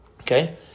Okay